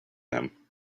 them